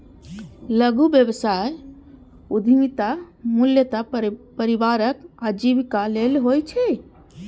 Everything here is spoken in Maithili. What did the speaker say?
लघु व्यवसाय उद्यमिता मूलतः परिवारक आजीविका लेल होइ छै